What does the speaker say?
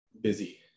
busy